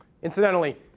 Incidentally